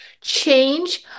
change